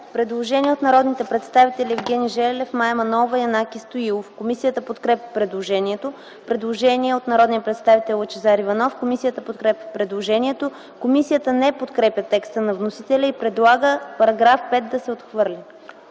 Предложение от народните представители Евгений Желев, Мая Манолова и Янаки Стоилов. Комисията подкрепя предложението. Предложение от народния представител Лъчезар Иванов. Комисията подкрепя предложението. Комисията не подкрепя текста на вносителя и предлага § 5 да се отхвърли.